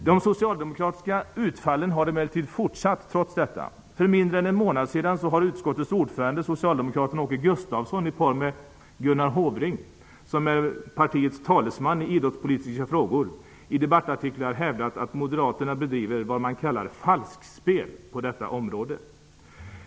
De socialdemokratiska utfallen har emellertid fortsatt, trots detta. För mindre än en månad sedan har utskottets ordförande, socialdemokraten Åke Gustavsson i par med Gunnar Hofring, som är partiets talesman i idrottspolitiska frågor, i debattartiklar hävdat att Moderaterna bedriver vad man kallar falskspel på detta område.